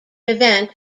event